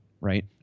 right